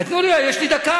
תנו לי רגע, יש לי דקה.